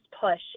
push